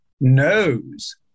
knows